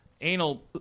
anal